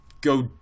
go